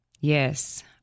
Yes